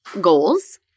goals